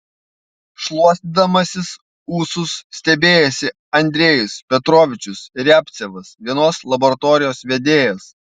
šluostydamasis ūsus stebėjosi andrejus petrovičius riabcevas vienos laboratorijos vedėjas